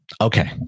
Okay